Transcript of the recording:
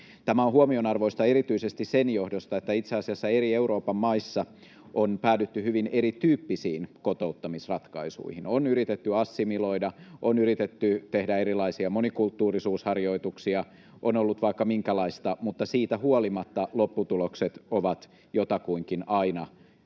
Tämä on huomionarvoista erityisesti sen johdosta, että itse asiassa eri Euroopan maissa on päädytty hyvin erityyppisiin kotouttamisratkaisuihin. On yritetty assimiloida, on yritetty tehdä erilaisia monikulttuurisuusharjoituksia, on ollut vaikka minkälaista, mutta siitä huolimatta lopputulokset ovat jotakuinkin aina samanlaisia,